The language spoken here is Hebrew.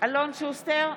אלון שוסטר,